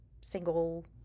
single